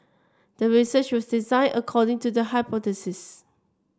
the research was designed according to the hypothesis